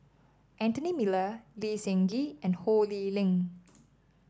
Anthony Miller Lee Seng Gee and Ho Lee Ling